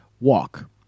walk